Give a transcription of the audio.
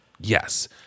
Yes